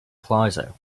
plaza